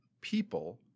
people